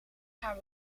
haar